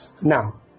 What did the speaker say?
Now